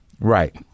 Right